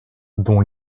dont